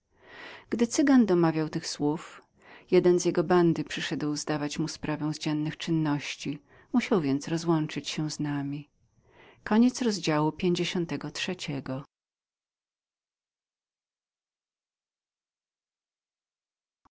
gdy cygan domawiał tych słów jeden z jego bandy przyszedł zdawać mu sprawę z dziennych czynności musiał więc rozłączyć się z nami